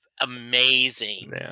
amazing